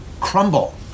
crumble